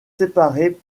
séparés